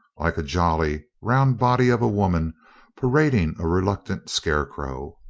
like a jolly, round body of a woman parading a reluctant scare crow.